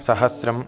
सहस्रम्